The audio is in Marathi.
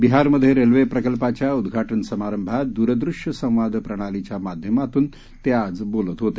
बिहारमध्ये रेल्वे प्रकल्पाच्या उद्घाटन समारंभात दूरदृश्य संवाद प्रणालीच्या माध्यमातून ते आज बोलत होते